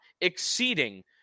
exceeding